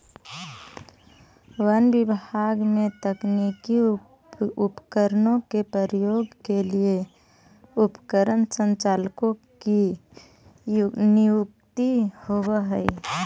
वन विभाग में तकनीकी उपकरणों के प्रयोग के लिए उपकरण संचालकों की नियुक्ति होवअ हई